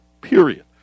Period